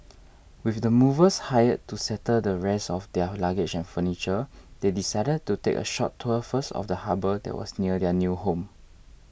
with the movers hired to settle the rest of their luggage and furniture they decided to take a short tour first of the harbour that was near their new home